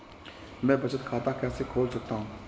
मैं बचत खाता कैसे खोल सकता हूँ?